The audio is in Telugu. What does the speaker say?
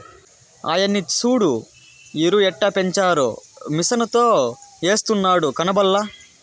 ఆయన్ని సూడు ఎరుయెట్టపెంచారో మిసనుతో ఎస్తున్నాడు కనబల్లా